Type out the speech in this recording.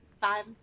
Five